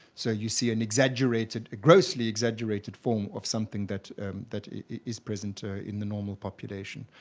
so you see an exaggerated a grossly exaggerated form of something that that is present ah in the normal population.